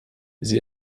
sie